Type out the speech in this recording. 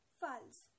false